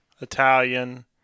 Italian